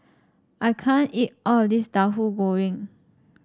I can't eat all of this Tahu Goreng